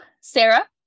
sarah